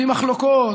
ועם מחלוקות,